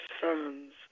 sons